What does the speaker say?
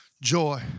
joy